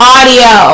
Audio